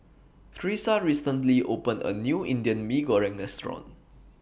Tresa recently opened A New Indian Mee Goreng Restaurant